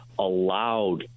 allowed